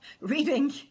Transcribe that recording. reading